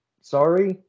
Sorry